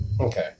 Okay